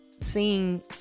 seeing